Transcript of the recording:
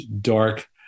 dark